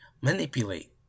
manipulate